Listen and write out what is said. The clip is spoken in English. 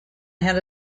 ahead